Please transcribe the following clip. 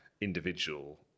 individual